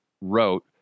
wrote